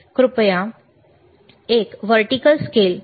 पुढील 1 कृपया अनुलंब स्केल